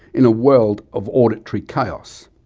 in a world of auditory chaos.